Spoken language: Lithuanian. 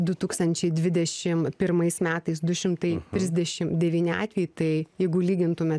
du tūkstančiai dvidešimt pirmais metais du šimtai trisdešimt devyni atvejai tai jeigu lygintume